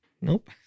Nope